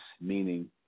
meaning